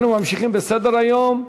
אנחנו ממשיכים בסדר-היום.